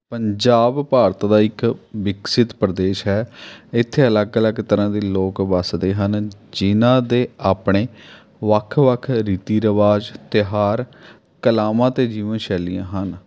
ਪੰਜਾਬ ਭਾਰਤ ਦਾ ਇੱਕ ਵਿਕਸਿਤ ਪ੍ਰਦੇਸ਼ ਹੈ ਇੱਥੇ ਅਲੱਗ ਅਲੱਗ ਤਰ੍ਹਾਂ ਦੇ ਲੋਕ ਵੱਸਦੇ ਹਨ ਜਿਨ੍ਹਾਂ ਦੇ ਆਪਣੇ ਵੱਖ ਵੱਖ ਰੀਤੀ ਰਿਵਾਜ਼ ਤਿਉਹਾਰ ਕਲਾਵਾਂ ਅਤੇ ਜੀਵਨ ਸ਼ੈਲੀਆਂ ਹਨ